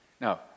Now